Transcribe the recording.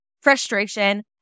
frustration